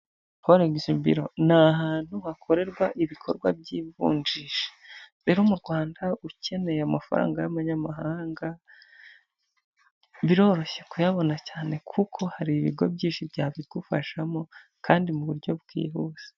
Foregisi biro ni ahantu hakorerwa ibikorwa by'ivunjisha. Rero mu Rwanda ukeneye amafaranga y'amanyamahanga biroroshye kuyabona cyane kuko hari ibigo byinshi byabigufashamo kandi mu buryo bwihuse.